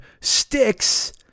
sticks